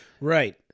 Right